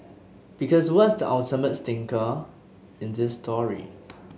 because what's the ultimate stinker in this story